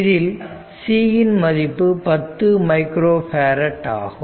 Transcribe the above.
இதில் c இன் மதிப்பு 10 மைக்ரோ பேரட் ஆகும்